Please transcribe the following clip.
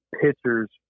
pitchers